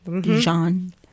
Jean